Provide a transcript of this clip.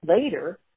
later